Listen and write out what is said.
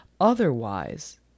otherwise